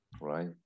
right